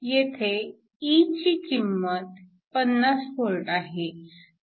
येथे e ची किंमत 50 v आहे